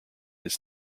his